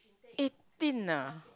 eighteen ah